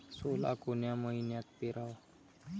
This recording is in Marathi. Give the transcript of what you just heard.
सोला कोन्या मइन्यात पेराव?